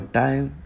time